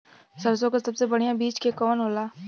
सरसों क सबसे बढ़िया बिज के कवन होला?